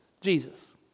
Jesus